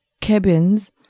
cabins